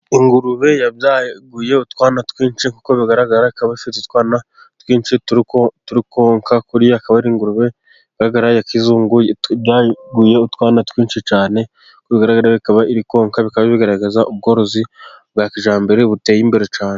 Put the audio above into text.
Ingurube yabyaguye utwana twinshi, kuko bigaragara kaba ikaba ifite utwana twinshi turi konka, kuri akaba ari ingurube igaragara ya kizungu yabwaguye utwana twinshi cyane ,uko bigaragara bikaba biri konka, bikaba bigaragaza ubworozi bwa kijyambere buteye imbere cyane.